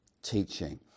teaching